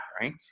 right